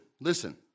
listen